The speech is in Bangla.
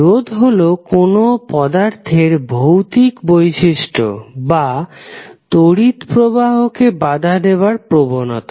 রোধ হলো কোন পদার্থের ভৌতিক বৈশিষ্ট বা তড়িৎ প্রবাহকে বাধা দেবার প্রবনতা